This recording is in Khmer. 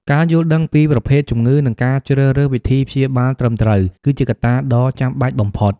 ការយល់ដឹងពីប្រភេទជំងឺ និងការជ្រើសរើសវិធីព្យាបាលត្រឹមត្រូវ គឺជាកត្តាដ៏ចាំបាច់បំផុត។